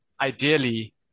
ideally